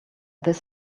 this